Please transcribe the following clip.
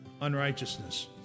unrighteousness